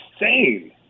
insane